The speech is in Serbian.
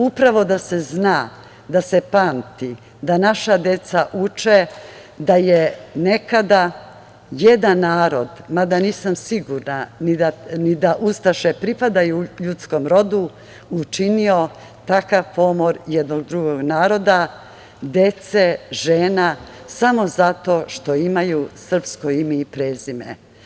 Upravo da se zna, da se pamti, da naša deca uče da je nekada jedan narod, mada nisam sigurna ni da ustaše pripadaju ljudskom rodu, učinio takav pomor jednog drugog naroda, dece, žena, a samo zato što imaju srpsko ime i prezime.